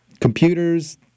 computers